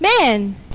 Man